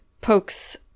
pokes